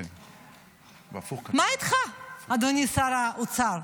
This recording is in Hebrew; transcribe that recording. מה איתך, אדוני שר האוצר?